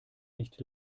nicht